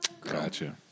Gotcha